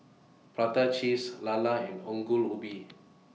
Prata Cheese Lala and Ongol Ubi